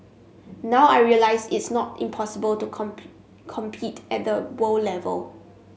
now I realise it's not impossible to compete at the world level